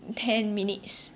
ten minutes